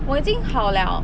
我已经好了